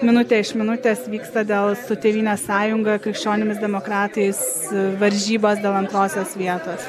minutė iš minutės vyksta dėl su tėvynės sąjunga krikščionimis demokratais varžybos dėl antrosios vietos